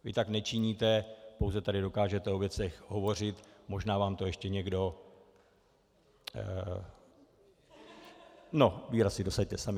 Vy tak nečiníte, pouze tady dokážete o věcech hovořit, možná vám to ještě někdo... no, výraz si dosaďte sami.